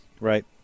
Right